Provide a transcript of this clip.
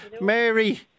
Mary